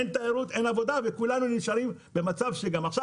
אין תיירות ואין עבודה וכולנו נשארים במצב כזה שגם עכשיו